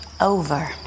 over